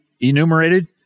enumerated